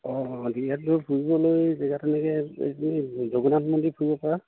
অঁ ফুৰিবলৈ জেগা তেনেকে এই জগন্নাথ মন্দিৰ ফুৰিব পৰা